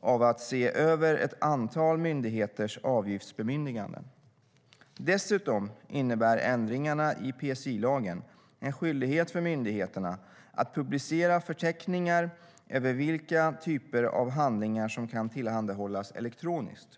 av att se över ett antal myndigheters avgiftsbemyndiganden. Dessutom innebär ändringarna i PSI-lagen en skyldighet för myndigheterna att publicera förteckningar över vilka typer av handlingar som kan tillhandahållas elektroniskt.